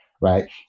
right